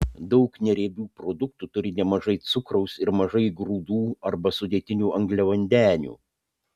daug neriebių produktų turi nemažai cukraus ir mažai grūdų arba sudėtinių angliavandenių